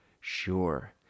sure